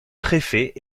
préfet